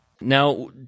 Now